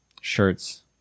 shirts